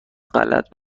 غلط